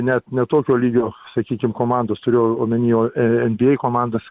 net ne tokio lygio sakykim komandos turiu omeny o nba komandas